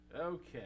Okay